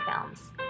films